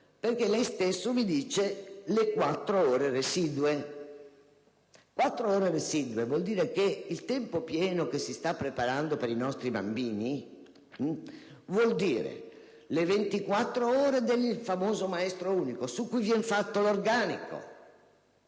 Ora, lei stesso mi parla delle 4 ore residue; 4 ore residue vuol dire che il tempo pieno che si sta preparando per i nostri bambini è basato sulle 24 ore del famoso maestro unico, su cui vien fatto l'organico,